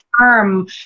term